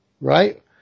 right